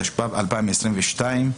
התשפ"ב-2022,